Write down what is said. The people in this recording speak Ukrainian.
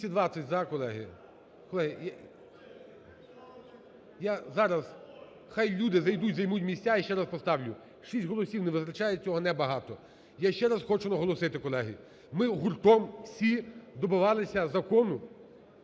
Я ще раз хочу наголосити, колеги, ми гуртом всі добивалися закону,